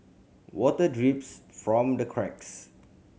water drips from the cracks